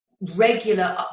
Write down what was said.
regular